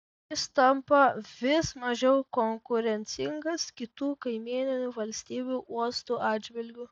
jis tampa vis mažiau konkurencingas kitų kaimyninių valstybių uostų atžvilgiu